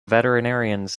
veterinarians